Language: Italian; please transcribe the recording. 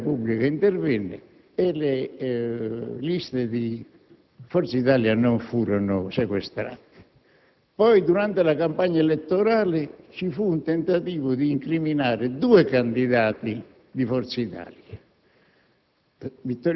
Il Presidente della Repubblica intervenne e le liste di Forza Italia non furono sequestrate. Durante la campagna elettorale, poi, vi fu un tentativo di incriminare due candidati di Forza Italia,